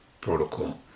protocol